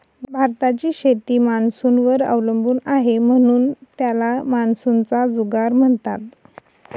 भारताची शेती मान्सूनवर अवलंबून आहे, म्हणून त्याला मान्सूनचा जुगार म्हणतात